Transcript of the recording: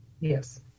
yes